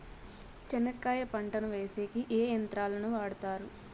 చెనక్కాయ పంటను వేసేకి ఏ యంత్రాలు ను వాడుతారు?